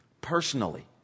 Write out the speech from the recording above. personally